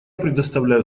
предоставляю